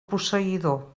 posseïdor